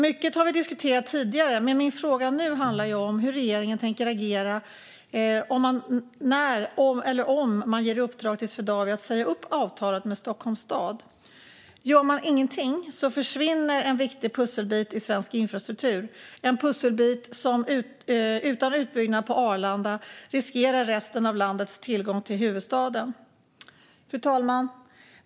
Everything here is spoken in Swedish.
Mycket har vi diskuterat tidigare, men min fråga nu handlar om hur regeringen tänker agera om man ger uppdrag till Swedavia att säga upp avtalet med Stockholms stad. Om man inte gör någonting försvinner en viktig pusselbit i svensk infrastruktur, en försvunnen pusselbit som innebär att man utan utbyggnad på Arlanda riskerar resten av landets tillgång till huvudstaden. Fru talman!